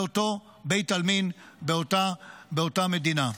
באותו בית עלמין, באותה מדינה.